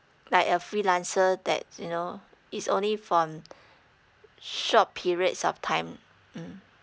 like a freelancer that you know it's only for short periods of time mmhmm